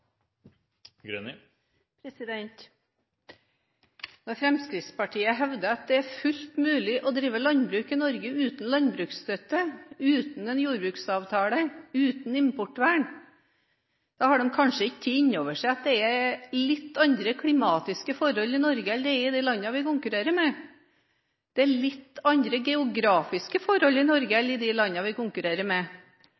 delt. Når Fremskrittspartiet hevder at det er fullt mulig å drive landbruk i Norge uten landbruksstøtte, uten jordbruksavtale og uten importvern, har de kanskje ikke tatt inn over seg at det er litt andre klimatiske forhold i Norge enn i de landene vi konkurrerer med. Det er litt andre geografiske forhold i Norge